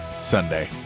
Sunday